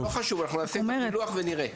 אנחנו נעשה את הפילוח ונראה.